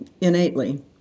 innately